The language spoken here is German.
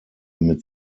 mit